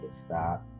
stop